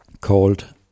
called